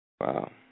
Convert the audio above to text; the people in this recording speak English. Wow